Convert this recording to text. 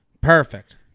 Perfect